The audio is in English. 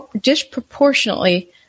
disproportionately